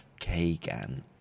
Kagan